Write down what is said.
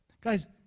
Guys